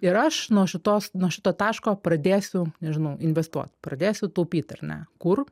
ir aš nuo šitos nuo šito taško pradėsiu nežinau investuot pradėsiu taupyt ar ne kur